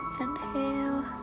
Inhale